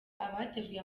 abateguye